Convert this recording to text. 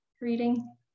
reading